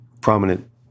prominent